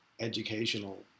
educational